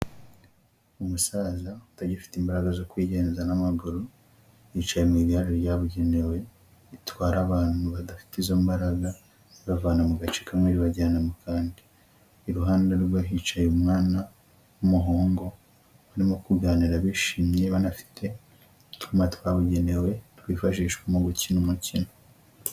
Umusaza utagifite imbaraga zo kwigenza n'amaguru, yicaye mu igare ryabugenewe bitwara abantu badafite izo mbaraga zibavana mu gace kamwe ribajyana mu kandi, iruhande rwe hicaye umwana w'umuhungu, barimo kuganira bishimye banafite utwuma twabugenewe twifashishwa mu gukina umukino.